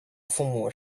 父母